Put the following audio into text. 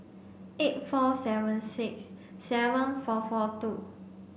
eight four seven six seven four four two